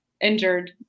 injured